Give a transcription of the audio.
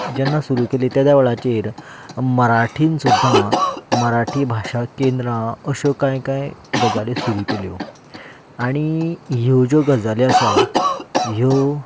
जेन्ना सुरू केली त्या वेळाचेर मराठीन सुद्दा मराठी भाशां केंद्रां अशो कांय कांय गजालीं सुरू केल्यो आनी ह्यो ज्यो गजाली आसात ह्यो